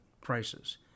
prices